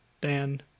Dan